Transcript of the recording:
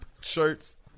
shirts